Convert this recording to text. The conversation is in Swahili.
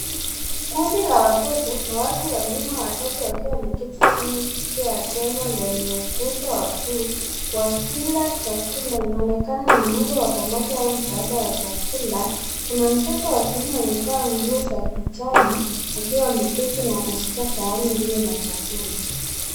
Kundi la watoto na watu wazima wachache wakiwa wameketi chini ya jengo lenye ukuta wa buluu wakila chakula. Inaonekana ni mlo wa pamoja au msaada wa chakula. Kuna mtoto wa kiume amevaa nguo za kijani akiwa ameketi na anashika sahani iliyo na chakula.